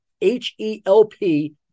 H-E-L-P